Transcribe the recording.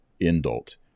indult